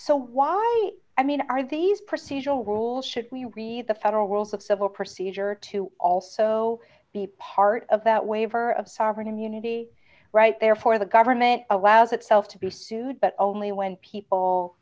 so why i mean are these procedural rules should we read the federal rules of civil procedure to also be part of that waiver of sovereign immunity right therefore the government allows itself to be sued but only when people